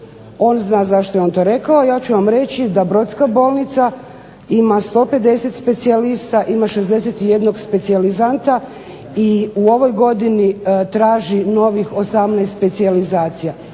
On zna zašto je on to rekao. Ja ću vam reći da brodska bolnica ima 150 specijalista, ima 61 specijalizanta i u ovoj godini traži novih 18 specijalizacija.